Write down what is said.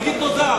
תגיד תודה.